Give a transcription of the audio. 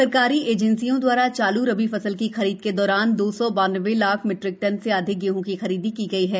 सरकारी एजेंसियों दवारा चालू रबी फसल की खरीद के दौरान दो सौ बानवे लाख मीट्रिक टन से अधिक गेहं की खरीद की गई है